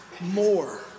more